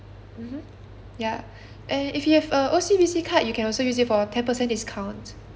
mmhmm ya and if you have a O_C_B_C card you can also use it for ten percent discount